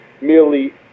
merely